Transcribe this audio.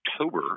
October